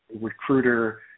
recruiter